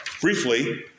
briefly